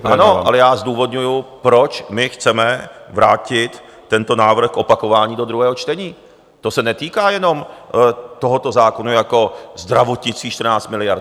Ano, ale já zdůvodňuju, proč my chceme vrátit tento návrh k opakování do druhého čtení, to se netýká jenom tohoto zákona jako zdravotnictví, 14 miliard.